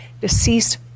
deceased